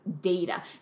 data